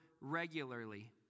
regularly